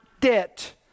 debt